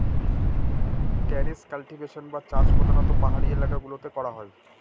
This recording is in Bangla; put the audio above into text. ট্যারেস কাল্টিভেশন বা চাষ প্রধানত পাহাড়ি এলাকা গুলোতে করা হয়